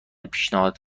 پیشنهاد